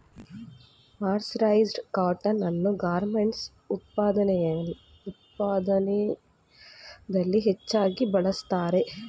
mercerised cotton ಅನ್ನು garments ಉದ್ಯಮದಲ್ಲಿ ಹೆಚ್ಚಾಗಿ ಬಳ್ಸತ್ತರೆ